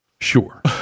sure